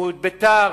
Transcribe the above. את ביתר,